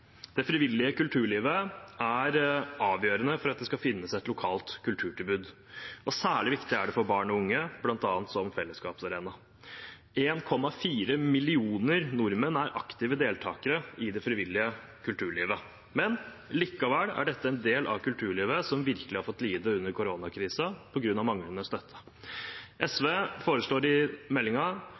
Det fjerde er kulturfrivilligheten. Det frivillige kulturlivet er avgjørende for at det skal finnes et lokalt kulturtilbud, og særlig viktig er det for barn og unge, bl.a. som fellesskapsarena. 1,4 millioner nordmenn er aktive deltakere i det frivillige kulturlivet, men likevel er dette en del av kulturlivet som virkelig har fått lide under koronakrisen, på grunn av manglende støtte. SV foreslår